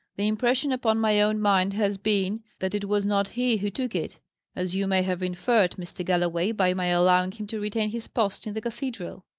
the impression upon my own mind has been, that it was not he who took it as you may have inferred, mr. galloway, by my allowing him to retain his post in the cathedral.